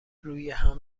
رویهم